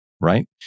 right